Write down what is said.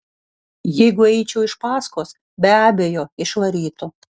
jeigu įeičiau iš paskos be abejo išvarytų